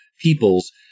peoples